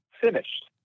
finished